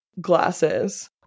glasses